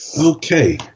Okay